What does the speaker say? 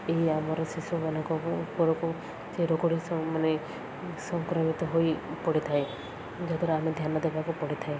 ଏ ଆମର ଶିଶୁମାନଙ୍କ ଉପରକୁ ମାନେ ସଂକ୍ରମିତ ହୋଇ ପଡ଼ିଥାଏ ଯାହାଦ୍ୱାରା ଆମେ ଧ୍ୟାନ ଦେବାକୁ ପଡ଼ିଥାଏ